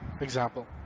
example